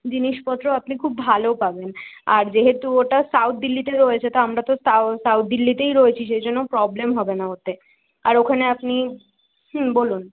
জিনিসপত্রও আপনি খুব ভালো পাবেন আর যেহেতু ওটা সাউথ দিল্লিতে রয়েছে তো আমরা তো সাউ সাউথ দিল্লিতেই রয়েছি সেই জন্য প্রবলেম হবে না ওতে আর ওখানে আপনি হুম বলুন